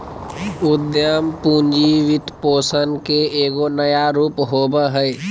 उद्यम पूंजी वित्तपोषण के एगो नया रूप होबा हइ